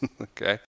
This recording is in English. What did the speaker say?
okay